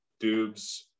Dubes